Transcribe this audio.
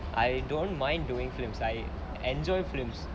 I don't mind doing films I enjoy films